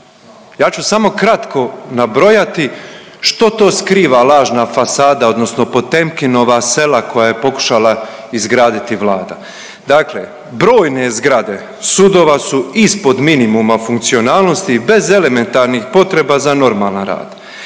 ja ću samo kratko nabrojati što to skriva lažna fasada odnosno Potemkinova sela koja je pokušala izgraditi Vlada. Dakle, brojne zgrade sudova su ispod minimuma funkcionalnosti bez elementarnih potreba za normalan rad,